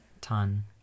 ton